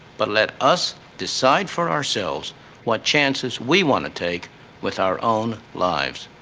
but let us decide for ourselves what chances we want to take with our own lives.